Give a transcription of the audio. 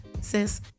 Sis